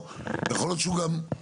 אני אומרת שמירה מביאה את זה כאיזושהי